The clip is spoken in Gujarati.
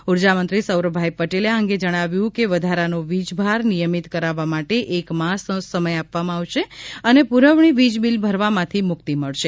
ઊર્જા મંત્રી સૌરભભાઈ પટેલે આ અંગે જણાવ્યુ છે કે વધારા નો વિજ ભાર નિયમિત કરાવવા માટે એક માસનો સમય આપવામાં આવશે અને પુરવણી વીજ બીલ ભરવામાંથી મુક્તિ મળશે